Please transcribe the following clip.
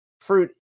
fruit